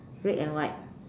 red and white